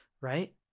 right